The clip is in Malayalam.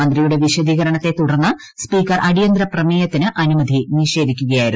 മന്ത്രിയുടെ വിശദീകരണത്തെ തുടർന്ന് സ്പീക്കർ അടിയന്തരപ്രമേയത്തിന് അനുമതി നിഷേധിക്കുകയായിരുന്നു